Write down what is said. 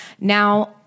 Now